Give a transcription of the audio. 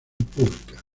pública